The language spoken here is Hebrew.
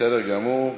בסדר גמור.